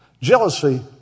Jealousy